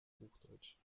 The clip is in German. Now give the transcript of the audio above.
hochdeutsch